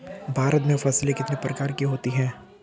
भारत में फसलें कितने प्रकार की होती हैं?